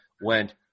went